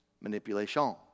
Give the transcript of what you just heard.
Manipulation